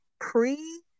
pre